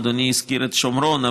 אדוני הזכיר את השומרון,